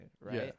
right